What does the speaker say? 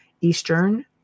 eastern